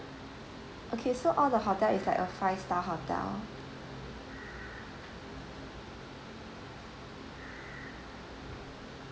okay so all the hotel is like a five star hotel